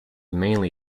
mainly